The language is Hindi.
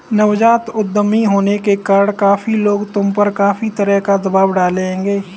नवजात उद्यमी होने के कारण काफी लोग तुम पर काफी तरह का दबाव डालेंगे